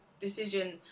decision